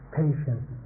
patience